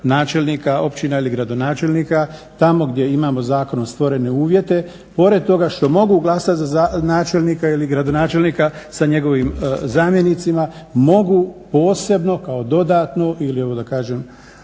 načelnika općina ili gradonačelnika tamo gdje imamo zakonom stvorene uvjete, pored toga što mogu glasati za načelnika ili gradonačelnika sa njegovim zamjenicima mogu posebno kao dodatno ili evo da kažem